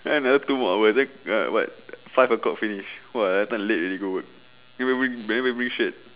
then another two more hours then ah what five O clock finish [what] happen late already go where he made me then make me shade